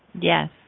Yes